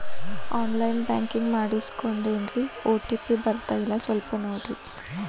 on line banking ಮಾಡಿಸ್ಕೊಂಡೇನ್ರಿ OTP ಬರ್ತಾಯಿಲ್ಲ ಸ್ವಲ್ಪ ನೋಡ್ರಿ